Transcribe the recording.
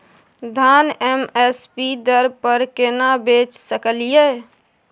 धान M S P दर पर केना बेच सकलियै?